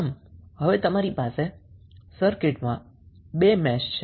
આમ હવે તમારી પાસે સર્કિટમાં બે મેશ છે